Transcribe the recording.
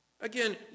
Again